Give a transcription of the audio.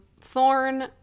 Thorn